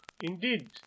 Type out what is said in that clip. Indeed